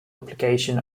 application